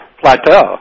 plateau